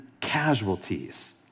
casualties